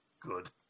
good